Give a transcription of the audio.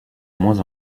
moins